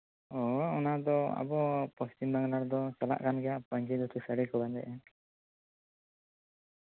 ᱚ ᱚᱱᱟᱫᱚ ᱟᱵᱚ ᱯᱚᱥᱪᱤᱢᱵᱚᱝᱞᱟ ᱨᱮᱫᱚ ᱪᱟᱞᱟᱜ ᱠᱟᱱ ᱜᱮᱭᱟ ᱯᱟᱹᱧᱪᱤ ᱫᱷᱩᱛᱤ ᱥᱟᱹᱲᱤ ᱠᱚ ᱵᱟᱸᱫᱮ